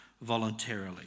voluntarily